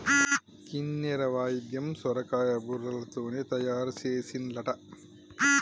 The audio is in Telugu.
కిన్నెర వాయిద్యం సొరకాయ బుర్రలతోనే తయారు చేసిన్లట